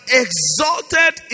exalted